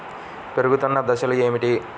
పెరుగుతున్న దశలు ఏమిటి?